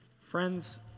Friends